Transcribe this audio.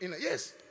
Yes